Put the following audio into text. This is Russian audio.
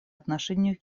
отношению